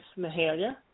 Mahalia